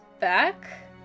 back